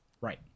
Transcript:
Right